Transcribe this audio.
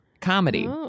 comedy